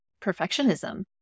perfectionism